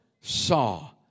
saw